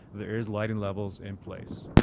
there is lighting levels in place.